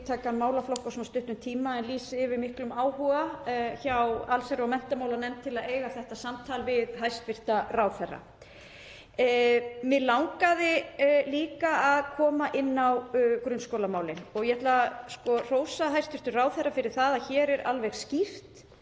víðtækan málaflokk á svona stuttum tíma. En ég lýsi yfir miklum áhuga hjá allsherjar- og menntamálanefnd á að eiga þetta samtal við hæstv. ráðherra. Mig langaði líka að koma inn á grunnskólamálin. Ég ætla að hrósa hæstv. ráðherra fyrir það að hér eru helstu